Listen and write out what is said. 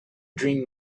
dream